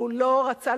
לא רצה,